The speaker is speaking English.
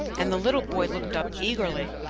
and the little boy looked up eagerly.